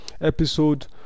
episode